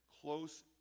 close